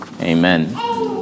Amen